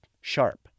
sharp